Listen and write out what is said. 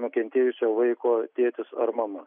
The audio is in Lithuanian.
nukentėjusio vaiko tėtis ar mama